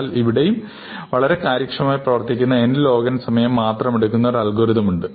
എന്നാൽ ഇവിടെയും വളരെ കാര്യക്ഷമമായി പ്രവർത്തിക്കുന്ന n log n സമയം മാത്രം എടുക്കുന്ന ഒരു അൽഗോരിതം ഉണ്ട്